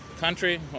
country